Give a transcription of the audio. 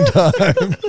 time